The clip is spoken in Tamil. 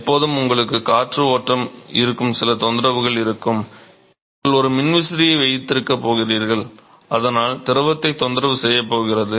எப்பொழுதும் உங்களுக்கு காற்று ஓட்டம் இருக்கும் சில தொந்தரவுகள் இருக்கும் நீங்கள் ஒரு மின்விசிறியை வைத்திருக்கப் போகிறீர்கள் அதனால் திரவத்தை தொந்தரவு செய்யப் போகிறது